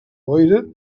boira